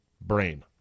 brain